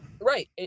Right